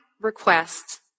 request